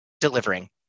delivering